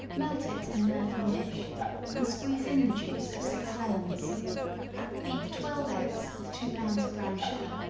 melt it in an earthen dish and squeeze in the juice of six lemons beat twelve eggs with two pounds of brown sugar,